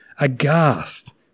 aghast